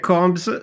Combs